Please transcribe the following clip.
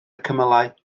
cymylau